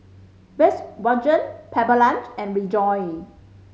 Volkswagen Pepper Lunch and Rejoice